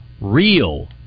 real